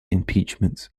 impeachment